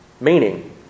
Meaning